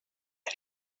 نمی